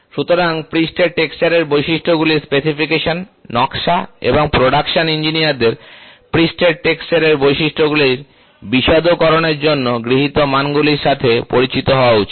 সুতরাং পৃষ্ঠের টেক্সচারের বৈশিষ্ট্যগুলির স্পেসিফিকেশন নকশা এবং প্রোডাকশন ইঞ্জিনিয়ারদের পৃষ্ঠের টেক্সচার এর বৈশিষ্ট্যগুলির বিশদকরণের জন্য গৃহীত মানগুলির সাথে পরিচিত হওয়া উচিত